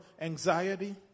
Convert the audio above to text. anxiety